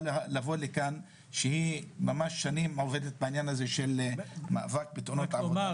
להגיע לכאן אחרי ששנים היא עובדת בעניין של המאבק בתאונות העבודה.